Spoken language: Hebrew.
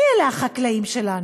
מי אלה החקלאים שלנו?